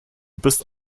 bist